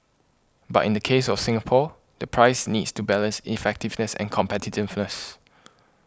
but in the case of Singapore the price needs to balance effectiveness and competitiveness